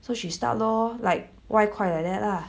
so she start lor like 外块 like that lah